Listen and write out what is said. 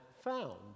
found